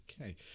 okay